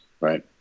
right